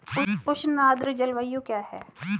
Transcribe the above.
उष्ण आर्द्र जलवायु क्या है?